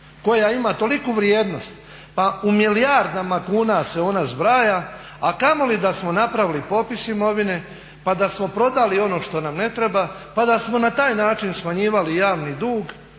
koja ima toliku vrijednost u milijardama kuna se ona zbraja a kamoli da smo napravili popis imovine pa da smo prodali ono što nam ne treba, pa da smo na taj način smanjivali javni dug